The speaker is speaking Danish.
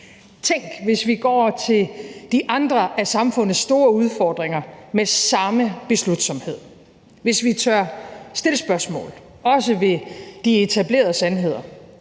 Tænk, hvis vi går til de andre af samfundets store udfordringer med samme beslutsomhed; hvis vi tør stille spørgsmål, også ved de etablerede sandheder